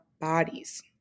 bodies